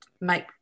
make